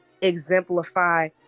exemplify